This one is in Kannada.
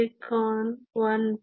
ಸಿಲಿಕಾನ್ 1